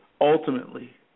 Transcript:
ultimately